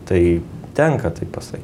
tai tenka taip pasakyt